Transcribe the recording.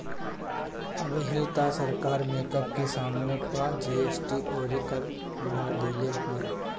अबही तअ सरकार मेकअप के समाने पअ जी.एस.टी अउरी कर बढ़ा देले बिया